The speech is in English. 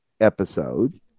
episode